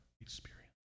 experience